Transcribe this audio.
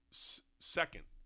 second